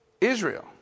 Israel